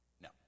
No